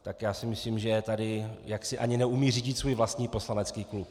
Tak já si myslím, že tady jaksi ani neumí řídit svůj vlastní poslanecký klub.